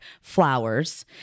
flowers